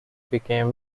became